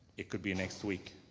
it could be next week.